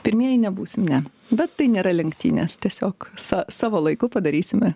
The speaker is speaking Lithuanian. pirmieji nebūsim ne bet tai nėra lenktynės tiesiog sa savo laiku padarysime